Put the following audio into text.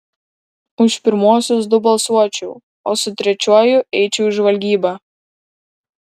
už pirmuosius du balsuočiau o su trečiuoju eičiau į žvalgybą